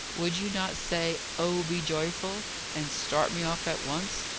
would you not say, oh be joyful and start me off at once?